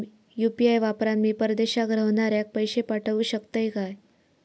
UPI वापरान मी परदेशाक रव्हनाऱ्याक पैशे पाठवु शकतय काय?